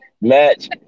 match